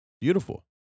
Beautiful